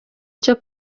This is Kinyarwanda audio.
cyo